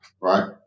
Right